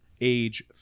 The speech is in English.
age